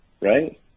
Right